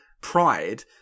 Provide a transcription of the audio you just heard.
pride